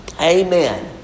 Amen